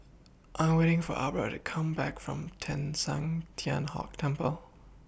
I Am waiting For Aubra to Come Back from Teng San Tian Hock Temple